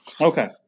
okay